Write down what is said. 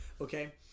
Okay